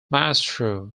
maestro